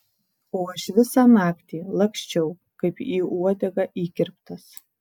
o aš visą naktį laksčiau kaip į uodegą įkirptas